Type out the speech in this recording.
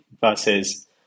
versus